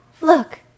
look